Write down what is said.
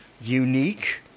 unique